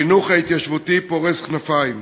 החינוך ההתיישבותי פורס כנפיים.